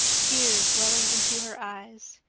tears welling into her eyes.